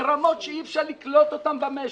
ברמות שאי-אפשר לקלוט במשק.